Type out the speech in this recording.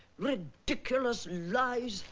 ridiculous lies.